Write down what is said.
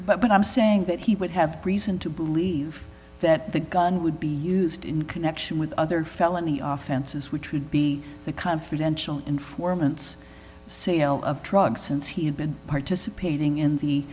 consideration but i'm saying that he would have reason to believe that the gun would be used in connection with other felony offenses which would be the confidential informants sale of drugs since he had been participating in the